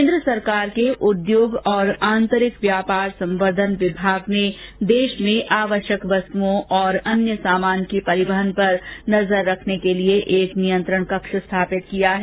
केंद्र सरकार के उद्योग और आंतरिक व्यापार संवर्धन विभाग ने देश में आवश्यक वस्तुओं और अन्य सामान के परिवहन पर नजर रखने के लिए एक नियंत्रण कक्ष स्थापित किया है